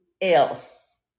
else